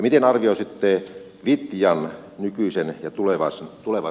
miten arvioisitte vitjan nykyisen ja tulevaisuuden tilan